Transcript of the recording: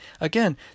Again